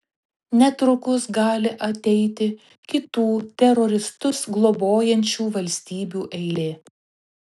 netrukus gali ateiti kitų teroristus globojančių valstybių eilė